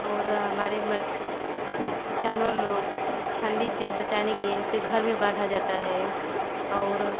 और हमारे जानवर लोग ठंडी से बचाने के लिए उसे घर में बांधा जाता है और